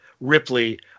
Ripley